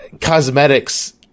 cosmetics